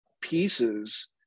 pieces